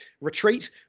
retreat